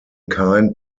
kind